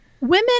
Women